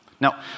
Now